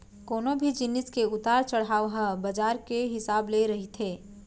कोनो भी जिनिस के उतार चड़हाव ह बजार के हिसाब ले रहिथे